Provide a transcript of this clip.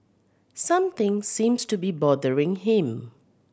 something seems to be bothering him